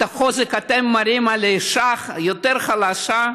את החוזק אתם מרימים על אישה יותר חלשה?